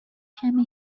کمه